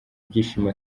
byishimo